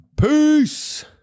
Peace